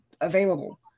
available